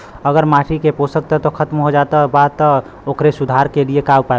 अगर माटी के पोषक तत्व खत्म हो जात बा त ओकरे सुधार के लिए का उपाय बा?